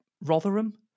rotherham